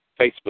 Facebook